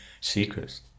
Secrets